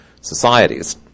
societies